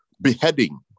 beheading